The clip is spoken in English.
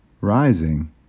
Rising